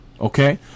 okay